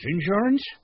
insurance